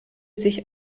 sich